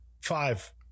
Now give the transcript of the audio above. Five